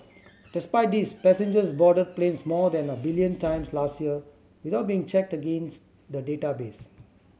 despite this passengers boarded planes more than a billion times last year without being checked against the database